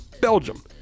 Belgium